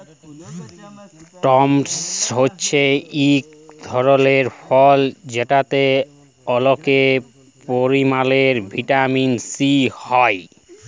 tomato হছে ইক ধরলের ফল যেটতে অলেক পরিমালে ভিটামিল সি হ্যয়